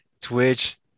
twitch